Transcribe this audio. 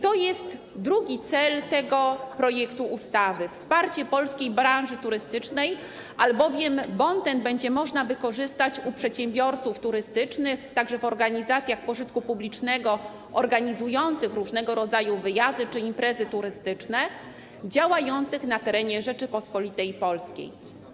To jest drugi cel tego projektu ustawy, wsparcie polskiej branży turystycznej, albowiem bon ten będzie można wykorzystać u przedsiębiorców turystycznych, a także w organizacjach pożytku publicznego organizujących różnego rodzaju wyjazdy czy imprezy turystyczne, działających na terenie Rzeczypospolitej Polskiej.